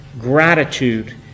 gratitude